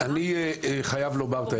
אני חייב לומר את האמת,